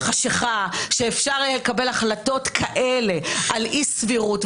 בחשכה שאפשר יהיה לקבל החלטות כאלה על אי סבירות,